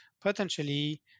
potentially